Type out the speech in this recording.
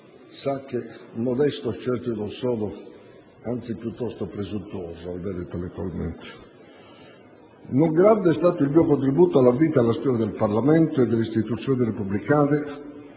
sa che modesto certo non sono, anzi piuttosto presuntuoso, almeno intellettualmente - non grande è stato il mio contributo alla vita e alla storia del Parlamento e delle istituzioni repubblicane,